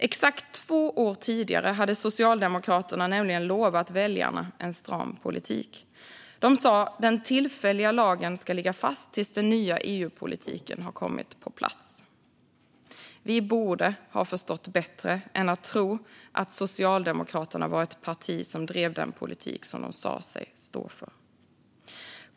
Exakt två år tidigare hade Socialdemokraterna nämligen lovat väljarna en stram politik. De sa att den tillfälliga lagen skulle ligga fast tills den nya EU-politiken kommit på plats. Vi borde förstått bättre än att tro att Socialdemokraterna är ett parti som driver den politik de säger sig stå för.